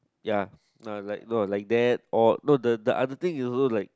ya like no like that or no the the other thing is also like